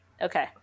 okay